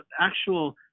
actual